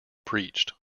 preached